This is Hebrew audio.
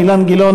אילן גילאון,